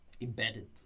embedded